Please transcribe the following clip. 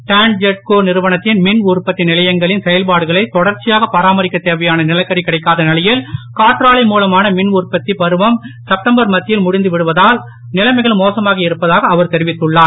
TANGEDCO நிறுவனத்தின் மின் உற்பத்தி நிலையங்களின் செயல்பாடுகளைத் தொடர்ச்சியாகப் பராமரிக்கத் தேவையான நிலக்கரி கிடைக்காத நிலையில் காற்றாலை மூலமான மின் உற்பத்தி பருவழும் செப்டம்பர் மத்தியில் முடிந்து விடுவதால் நிலைமைகள் மோசமாகி இருப்பதாக அவர் தெரிவித்துள்ளார்